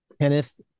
Kenneth